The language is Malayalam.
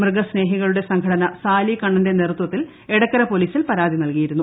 മൃഗസ്നേഹികളുടെ സംഘടന സാലികണ്ണന്റെ നേതൃത്വത്തിൽ എടക്കര പൊലീസിൽ പരാതി നല്കിയിരുന്നു